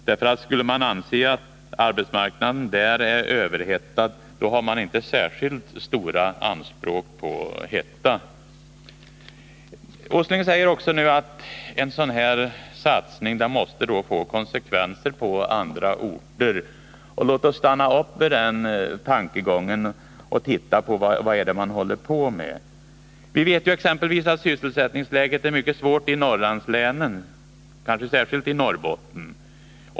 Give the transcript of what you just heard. Skulle man nämligen anse att arbetsmarknaden där är överhettad, då har man inte särskilt stora anspråk på hetta. Nils Åsling säger också att en sådan här satsning måste få konsekvenser på andra orter. Låt oss stanna vid den tankegången och titta på vad det är man håller på med. Vi vet exempelvis att sysselsättningsläget är mycket svårt i Norrlandslänen, särskilt i Norrbotten.